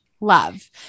love